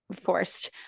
forced